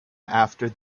after